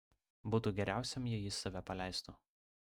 būtų geriausiam jei jis save paleistų